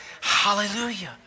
Hallelujah